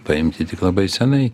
paimti tik labai senai